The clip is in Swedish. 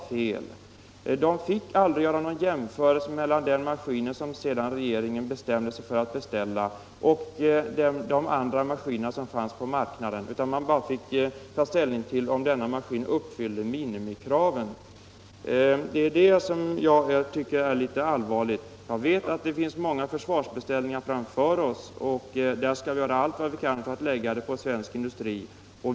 Statskontoret fick aldrig göra någon jämförelse mellan den maskin som regeringen sedan bestämde sig för att beställa och de andra maskiner som fanns på marknaden utan fick bara ta ställning till om denna maskin uppfyllde minimikraven. Detta tycker jag är allvarligt. Jag vet att vi har många försvarsbeställningar framför oss, och vi kommer att göra allt vad vi kan för att de skall läggas hos svensk industri.